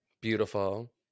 Beautiful